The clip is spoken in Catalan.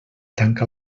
tanca